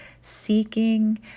seeking